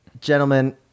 gentlemen